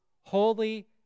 holy